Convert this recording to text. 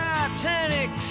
Titanic